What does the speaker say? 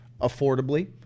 affordably